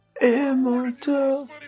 Immortal